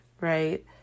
right